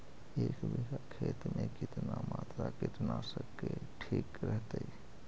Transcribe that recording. एक बीघा खेत में कितना मात्रा कीटनाशक के ठिक रहतय?